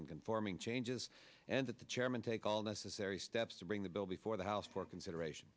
and conforming changes and that the chairman take all necessary steps to bring the bill before the house for consideration